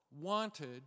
wanted